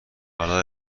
حالا